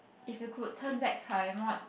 if you could turn back time what